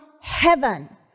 heaven